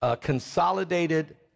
consolidated